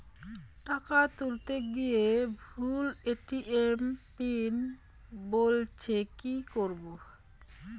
টাকা তুলতে গিয়ে ভুল এ.টি.এম পিন বলছে কি করবো?